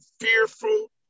fearful